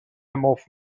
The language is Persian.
مفت